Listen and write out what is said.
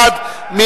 מי בעד?